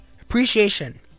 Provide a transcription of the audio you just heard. appreciation